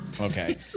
Okay